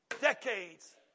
decades